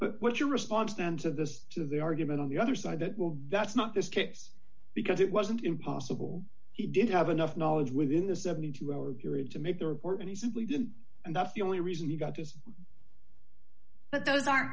so what's your response then to this to the argument on the other side that will that's not this case because it wasn't impossible he didn't have enough knowledge within the seventy two hour period to make the report and he simply didn't and that's the only reason he got his but those are